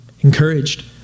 encouraged